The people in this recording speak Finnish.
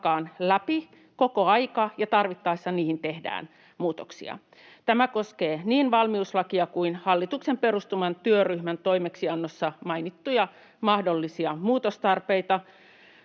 läpi koko ajan ja tarvittaessa siihen tehdään muutoksia. Tämä koskee niin valmiuslakia kuin hallituksen perustaman työryhmän toimeksiannossa mainittuja mahdollisia muutostarpeita